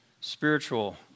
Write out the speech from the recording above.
spiritual